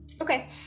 Okay